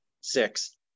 six